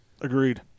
agreed